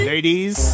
Ladies